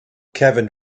kevin